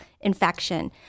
infection